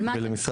על מה אתה מדבר?